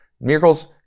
miracles